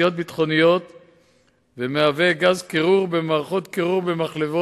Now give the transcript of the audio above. הדבר השני, "אגן כימיקלים"